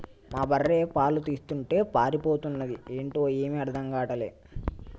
మా బర్రె పాలు తీస్తుంటే పారిపోతన్నాది ఏంటో ఏమీ అర్థం గాటల్లే